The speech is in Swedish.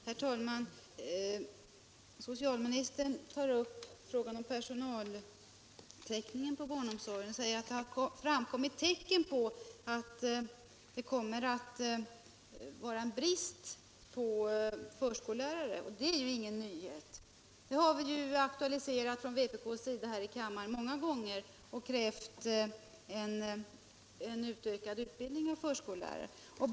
Herr talman! Socialministern tar upp frågan om personaltäckningen inom barnomsorgen och säger, att det har framkommit tecken på att det kommer att vara en brist på förskollärare. Det är ingen nyhet. Det har vi ju aktualiserat från vpk här i kammaren många gånger, och vi har krävt en utökad utbildning av förskollärare.